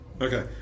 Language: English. Okay